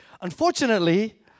Unfortunately